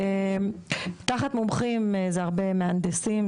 תחת מומחים זה הרבה מהנדסים,